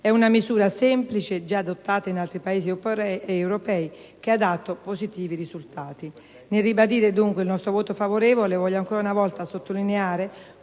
È una misura semplice, già adottata in altri Paesi europei, che ha dato positivi risultati. Nel ribadire il nostro voto favorevole, voglio ancora una volta sottolineare